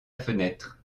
fenêtre